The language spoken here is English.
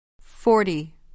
Forty